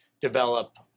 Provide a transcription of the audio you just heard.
develop